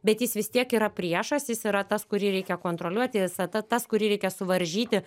bet jis vis tiek yra priešas jis yra tas kurį reikia kontroliuoti jis a ta tas kurį reikia suvaržyti